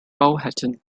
powhatan